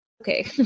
Okay